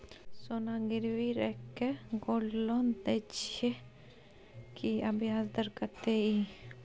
सोना गिरवी रैख के गोल्ड लोन दै छियै की, आ ब्याज दर कत्ते इ?